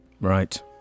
Right